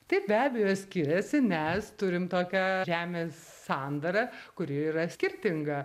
taip be abejo skiriasi nes turim tokią žemės sandarą kuri yra skirtinga